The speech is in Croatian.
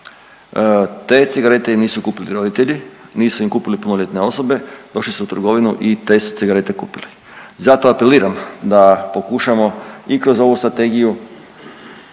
im cigarete nisu kupili roditelji, ni su im kupili punoljetne osobe došli su u trgovinu i te su cigarete kupili. Zato apeliram da pokušamo i kroz ovu strategiju